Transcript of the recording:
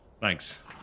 Thanks